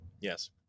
yes